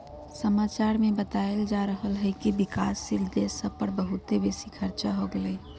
समाचार में बतायल जा रहल हइकि विकासशील देश सभ पर बहुते बेशी खरचा हो गेल हइ